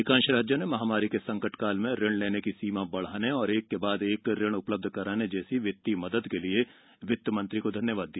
अधिकांश राज्यों ने महामारी के संकट काल में ऋण लेने की सीमा बढाने और एक के बाद एक ऋण उपलब्ध कराने जैसे वित्तीय मदद के लिए वित्त मंत्री को धन्यवाद दिया